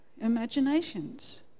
imaginations